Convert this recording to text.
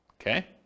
Okay